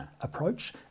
approach